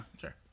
sure